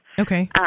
Okay